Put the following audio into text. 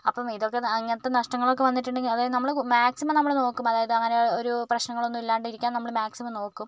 അപ്പം ഇതൊക്കെ അങ്ങനത്തെ നഷ്ടങ്ങളൊക്കെ വന്നിട്ടുണ്ടെങ്കിൽ അതായത് നമ്മൾ മാക്സിമം നമ്മൾ നോക്കും അതായത് അങ്ങനെ ഒരു പ്രശ്നങ്ങളൊന്നും ഇല്ലാണ്ടിരിക്കാൻ നമ്മൾ മാക്സിമം നോക്കും